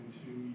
two